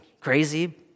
crazy